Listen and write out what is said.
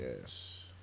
Yes